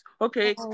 Okay